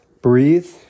Breathe